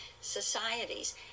societies